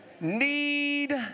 need